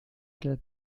idol